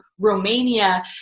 romania